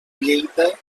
lleida